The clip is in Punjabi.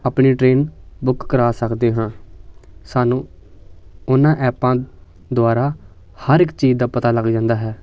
ਆਪਣੀ ਟ੍ਰੇਨ ਬੁੱਕ ਕਰਵਾ ਸਕਦੇ ਹਾਂ ਸਾਨੂੰ ਉਹਨਾਂ ਐਪਾਂ ਦੁਆਰਾ ਹਰ ਇੱਕ ਚੀਜ਼ ਦਾ ਪਤਾ ਲੱਗ ਜਾਂਦਾ ਹੈ